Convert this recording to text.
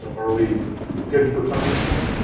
are we good for time still?